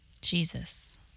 Jesus